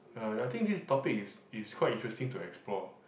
uh I think this topic is is quite interesting to explore